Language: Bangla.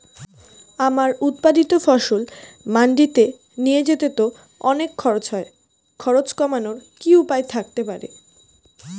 আমার উৎপাদিত ফসল মান্ডিতে নিয়ে যেতে তো অনেক খরচ হয় খরচ কমানোর কি উপায় থাকতে পারে?